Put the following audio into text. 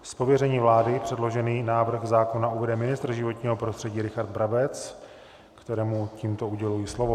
Z pověření vlády předložený návrh zákona uvede ministr životního prostředí Richard Brabec, kterému tímto uděluji slovo.